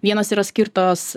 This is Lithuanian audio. vienos yra skirtos